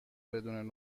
بدون